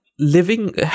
Living